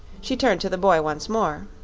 she turned to the boy once more.